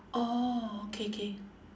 orh okay K